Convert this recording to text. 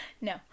no